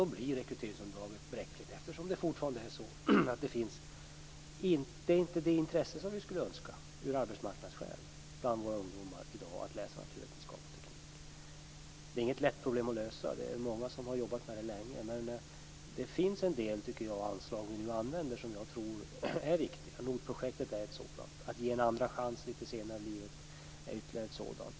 Då blir rekryteringsunderlaget bräckligt, eftersom det bland våra ungdomar i dag inte finns det intresse för att läsa naturvetenskap och teknik som vi av arbetsmarknadsskäl skulle önska. Det är inget lätt problem att lösa. Det är många som har jobbat med det länge. Men det finns en del anslag som vi nu använder och som jag tror är viktiga. NOT-projektet är ett sådant. Att ge en andra chans lite senare i livet är ytterligare ett sådant.